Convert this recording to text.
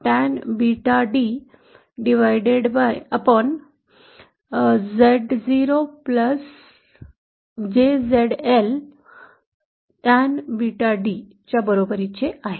आणि हे Zo ZL jZo tan Zo jZl tan च्या बरोबरीचे आहे